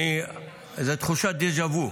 זו תחושת דז'ה וו,